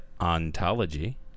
Ontology